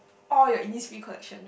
all your Innisfree collection right